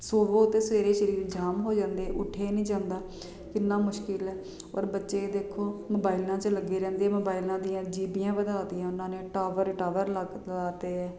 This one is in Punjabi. ਸੋਵੋ ਅਤੇ ਸਵੇਰੇ ਸਰੀਰ ਜਾਮ ਹੋ ਜਾਂਦੇ ਉੇੱਠਿਆ ਨਹੀਂ ਜਾਂਦਾ ਕਿੰਨਾ ਮੁਸ਼ਕਿਲ ਹੈ ਔਰ ਬੱਚੇ ਇਹ ਦੇਖੋ ਮੋਬਾਇਲਾਂ 'ਚ ਲੱਗੇ ਰਹਿੰਦੇ ਮੋਬਾਈਲਾਂ ਦੀਆਂ ਜੀਬੀਆਂ ਵਧਾ ਤੀਆਂ ਉਹਨਾਂ ਨੇ ਟਾਵਰ ਟਾਵਰ ਅਲੱਗ ਲਗਾ ਤੇ ਆ